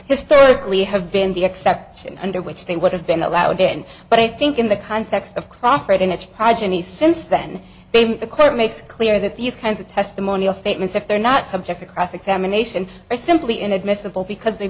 historically have been the exception under which they would have been allowed in but i think in the context of crawford and it's progeny since then the court makes clear that these kinds of testimonial statements if they're not subject to cross examination are simply inadmissible because they